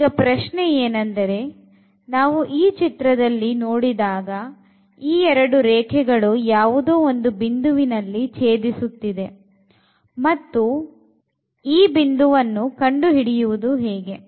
ಈಗ ಪ್ರಶ್ನೆ ಏನೆಂದರೆ ನಾವು ಈ ಚಿತ್ರದಲ್ಲಿ ನೋಡಿದಾಗ ಈ ಎರಡು ರೇಖೆಗಳು ಯಾವುದೋ ಒಂದು ಬಿಂದುವಿನಲ್ಲಿ ಛೇದಿಸುತ್ತವೆ ಮತ್ತುಈ ಬಿಂದುವನ್ನು ಕಂಡುಹಿಡಿಯುವುದು ಹೇಗೆ